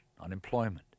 unemployment